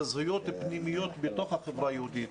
לזהויות פנימיות בתוך החברה היהודית